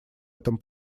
этом